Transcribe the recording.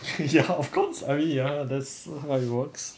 ya of cause I mean ya that's how it works